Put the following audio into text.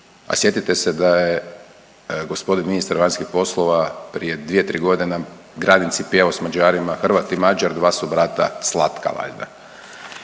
A sjetite se da je gospodin ministar vanjskih poslova prije 2-3 godine na granici pjevao s Mađarima, Hrvat i Mađar dva su brata slatka valjda.